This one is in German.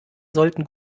sollten